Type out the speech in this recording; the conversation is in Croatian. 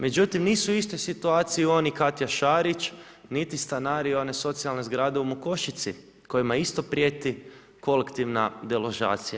Međutim, nisu u istoj situaciji on i Katja Šarić, niti stanari one socijalne zgrade u Mokošici kojima isto prijeti kolektivna deložacija.